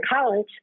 college